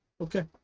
Okay